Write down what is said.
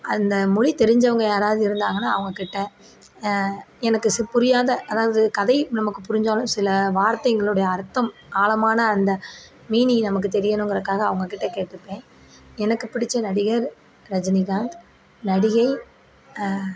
அந்த மொழி தெரிஞ்சவங்க யாராவது இருந்தாங்கன்னா அவங்கக்கிட்டே எனக்கு புரியாத அதாவது கதை நமக்கு புரிஞ்சாலும் சில வார்த்தைகளுடைய அர்த்தம் ஆழமான அந்த மீனிங் நமக்கு தெரியணுங்கிறக்காக அவங்கக்கிட்ட கேட்டுப்பேன் எனக்கு பிடித்த நடிகர் ரஜினிகாந்த் நடிகை